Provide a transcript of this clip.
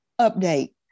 update